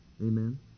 Amen